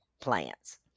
plants